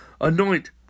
Anoint